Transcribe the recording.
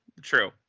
True